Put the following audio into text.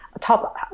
top